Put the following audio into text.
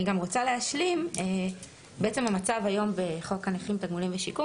אני גם רוצה להשלים שהמצב היום בחוק הנכים (תגמולים ושיקום),